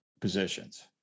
positions